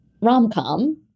rom-com